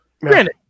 Granted